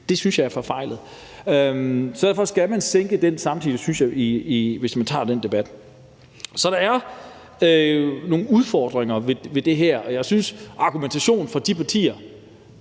synes jeg er forfejlet. Så derfor skal man sænke det samtidig, synes jeg, hvis man tager den debat. Så der er nogle udfordringer ved det her, og jeg synes, at argumentationen fra nogle partier